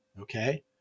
Okay